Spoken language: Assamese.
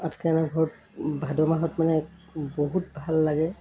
আঠখেলীয়া নাঘৰত ভাদ মাহত মানে বহুত ভাল লাগে